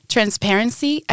Transparency